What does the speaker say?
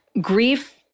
Grief